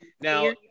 Now-